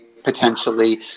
Potentially